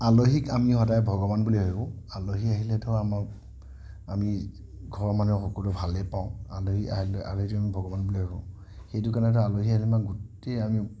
আলহীক আমি সদায় ভগৱান বুলি ভাৱোঁ আলহী আহিলেতো আমাৰ আমি ঘৰৰ মানুহে সকলোৱে ভালেই পাওঁ আলহী আহিলে আলহীতো ভগৱান বুলি ভাৱোঁ সেইটো কাৰণে আলহী আহিলে মানে গোটেই আমি